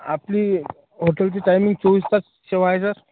आपली हॉटेलची टायमिंग चोवीस तास सेवा आहे सर